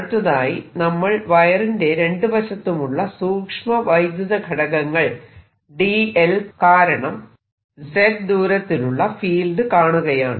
അടുത്തതായി നമ്മൾ വലയത്തിന്റെ രണ്ടുവശത്തുമുള്ള സൂക്ഷ്മ വൈദ്യുത ഘടകങ്ങൾ dl കാരണം z ദൂരത്തിലുള്ള ഫീൽഡ് കാണുകയാണ്